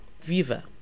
Viva